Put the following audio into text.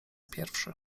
pierwszy